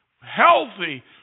healthy